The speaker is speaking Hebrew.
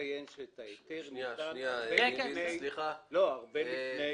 רק לציין שההיתר ניתן הרבה לפני.